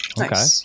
Okay